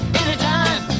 anytime